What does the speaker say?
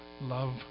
love